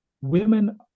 women